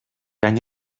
any